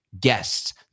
guests